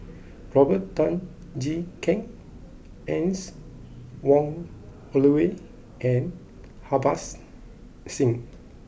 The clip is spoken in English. Robert Tan Jee Keng Anne Wong Holloway and Harbans Singh